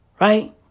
Right